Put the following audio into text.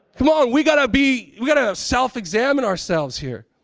come ah we gotta be, we gotta self-examine ourselves here.